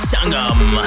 Sangam